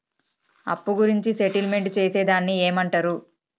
అప్పు గురించి సెటిల్మెంట్ చేసేదాన్ని ఏమంటరు?